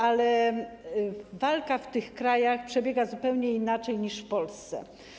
Ale walka w tych krajach przebiega zupełnie inaczej niż w Polsce.